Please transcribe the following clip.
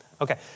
Okay